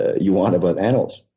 you want about animals.